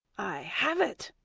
i have it.